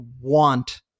want